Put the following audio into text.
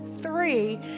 three